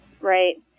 Right